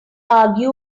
argue